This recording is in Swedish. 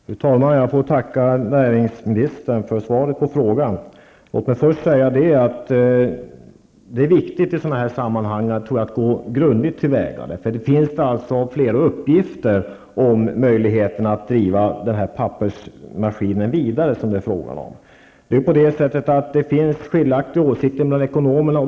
Fru talman! Jag får tacka näringsministern för svaret på frågan. Det är viktigt att man går grundligt till väga i sådana här sammanhang. Det finns alltså flera uppgifter om möjligheten att driva den här pappersmaskinen vidare. Det finns skiljaktiga åsikter bland ekonomerna.